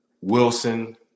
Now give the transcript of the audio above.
Wilson